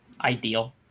ideal